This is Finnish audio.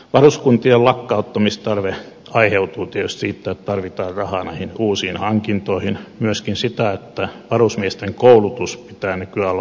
varuskuntien lakkauttamistarve aiheutuu tietysti siitä että tarvitaan rahaa näihin uusiin hankintoihin myöskin siitä että varusmiesten koulutuksen pitää nykyään olla monipuolista